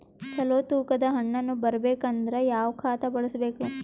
ಚಲೋ ತೂಕ ದ ಹಣ್ಣನ್ನು ಬರಬೇಕು ಅಂದರ ಯಾವ ಖಾತಾ ಬಳಸಬೇಕು?